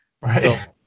Right